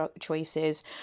choices